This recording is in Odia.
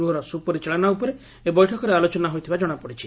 ଗୂହର ସୁପରିଚାଳନା ଉପରେ ଏହି ବୈଠକରେ ଆଲୋଚନା ହୋଇଥିବା ଜଣାପଡିଛି